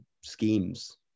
schemes